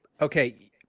Okay